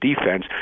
defense